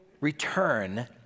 return